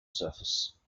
surface